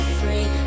free